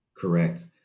Correct